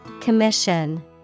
Commission